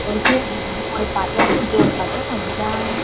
अशें मोडपाचें जाल्या जोडपाचें खंयच्यान